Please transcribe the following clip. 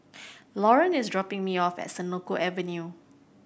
Lauren is dropping me off at Senoko Avenue